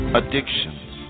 addictions